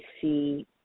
see